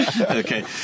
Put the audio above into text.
Okay